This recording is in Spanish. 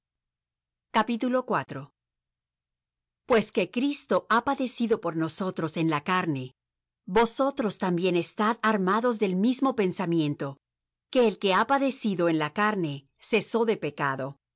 y virtudes pues que cristo ha padecido por nosotros en la carne vosotros también estad armados del mismo pensamiento que el que ha padecido en la carne cesó de pecado